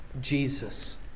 Jesus